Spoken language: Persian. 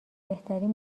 بهترین